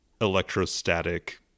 electrostatic